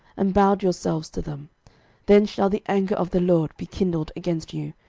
and bowed yourselves to them then shall the anger of the lord be kindled against you,